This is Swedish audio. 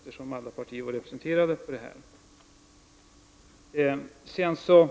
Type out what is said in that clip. eftersom alla partier ju var representerade i Washington.